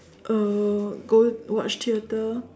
uh go watch theater